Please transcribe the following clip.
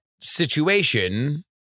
situation